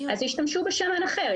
אז ישתמשו בשמן אחר,